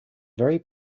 very